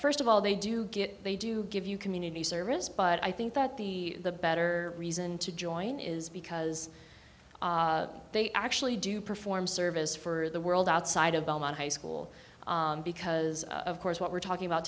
first of all they do get they do give you community service but i think that the the better reason to join is because they actually do perform service for the world outside of belmont high school because of course what we're talking about